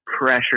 pressure